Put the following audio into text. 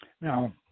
Now